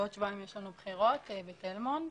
בעוד שבועיים יש לנו בחירות בתל מונד